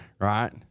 right